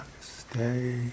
Stay